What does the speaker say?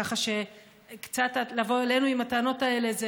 כך שלבוא אלינו עם הטענות האלה זה,